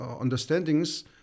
understandings